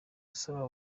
usaba